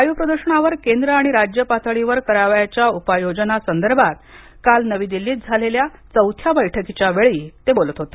वायू प्रदूषणावर केंद्र आणि राज्य पातळीवर करायच्या उपाययोजना संदर्भात काल नवी दिल्लीत झालेल्या चौथ्या बैठकीच्या वेळी ते बोलत होते